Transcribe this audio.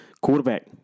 quarterback